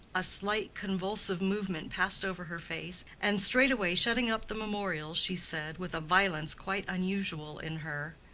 a slight convulsive movement passed over her face, and straightway shutting up the memorials she said, with a violence quite unusual in her,